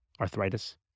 arthritis